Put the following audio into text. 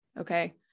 Okay